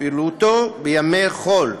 פעילותו בימים חול,